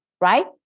right